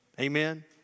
Amen